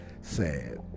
sad